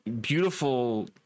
beautiful